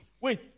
Wait